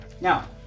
Now